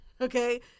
Okay